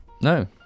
No